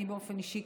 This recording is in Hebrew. אני באופן אישי,